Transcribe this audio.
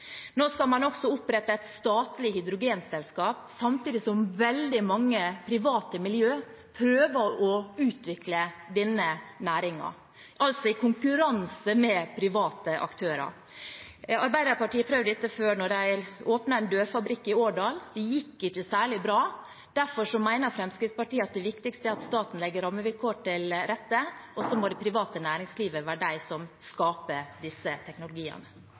Nå skal man også opprette et statlig hydrogenselskap, samtidig som veldig mange private miljøer prøver å utvikle denne næringen, altså i konkurranse med private aktører. Arbeiderpartiet har prøvd dette før da de åpnet en dørfabrikk i Årdal. Det gikk ikke særlig bra. Derfor mener Fremskrittspartiet at det viktigste er at staten legger rammevilkår til rette, og så må det private næringslivet være de som skaper disse teknologiene.